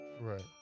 right